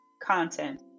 content